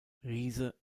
riese